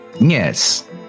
Yes